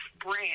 brand